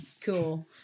Cool